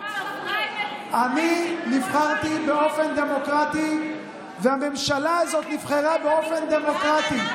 אני נבחרתי באופן דמוקרטי והממשלה הזאת נבחרה באופן דמוקרטי.